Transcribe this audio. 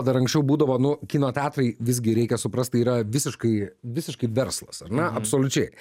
dar anksčiau būdavo nu kino teatrai visgi reikia suprast tai yra visiškai visiškai verslas ar ne absoliučiai